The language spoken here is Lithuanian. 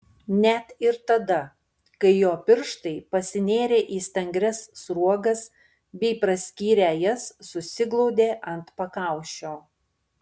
net ir tada kai jo pirštai pasinėrė į stangrias sruogas bei praskyrę jas susiglaudė ant pakaušio